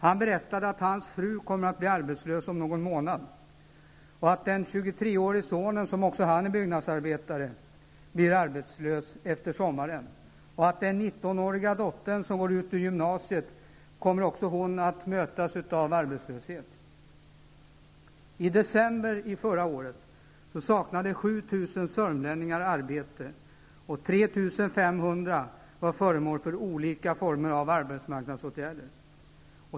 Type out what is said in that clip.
Han berättade att hans fru kommer att bli arbetslös om någon månad och att den 23-årige sonen, som också han är byggnadsarbetare, blir arbetslös efter sommaren. Den 19-åriga dottern som går ut ur gymnasiet kommer också hon att mötas av arbetslöshet. I december förra året saknade 7 000 sörmlänningar arbete och 3 500 var föremål för olika former av arbetsmarknadsåtgärder.